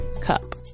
Cup